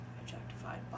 objectified